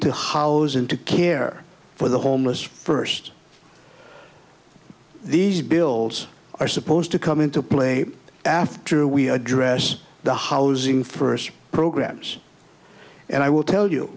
housing to care for the homeless first these bills are supposed to come into play after we address the housing first programs and i will tell you